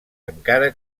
encara